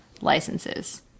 licenses